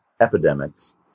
epidemics